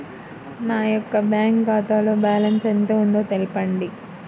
నా యొక్క బ్యాంక్ ఖాతాలో బ్యాలెన్స్ ఎంత ఉందో తెలపండి?